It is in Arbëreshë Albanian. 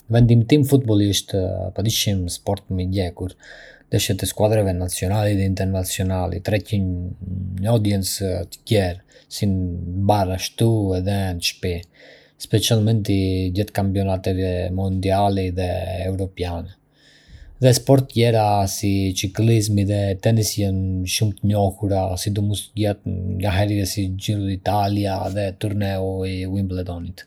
Në vendin tim, futbolli është padyshim sporti më i ndjekur. Ndeshjet e skuadrave Nazionali dhe internazionali tërheqin një audiencë të gjerë, si në bare ashtu edhe në shtëpi, specialmente gjatë kampionateve mondiali dhe evropiane. Edhe sporte të tjera si çiklizmi dhe tenisi janë shumë të njohura, sidomos gjatë ngjarjeve si Giro d’Italia dhe turneu i Wimbledonit.